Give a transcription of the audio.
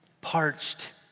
parched